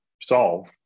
solve